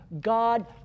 God